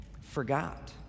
forgot